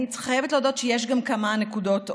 אני חייבת להודות שיש גם כמה נקודות אור,